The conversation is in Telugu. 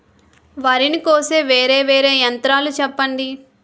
వరి ని కోసే వేరా వేరా యంత్రాలు చెప్పండి?